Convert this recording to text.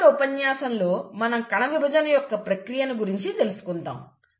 తరువాతి ఉపన్యాసంలో మనం కణవిభజన యొక్క ప్రక్రియను గురించి తెలుసుకుందాం